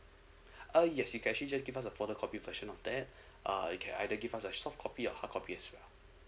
uh yes you can actually just give us a photocopy version of that uh you can either give us a softcopy or hardcopy as well